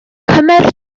cymer